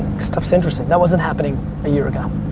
stuff's interesting, that wasn't happening a year ago.